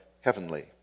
heavenly